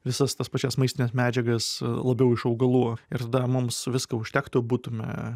visas tas pačias maistines medžiagas labiau iš augalų ir tada mums viską užtektų būtume